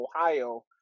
Ohio